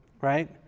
right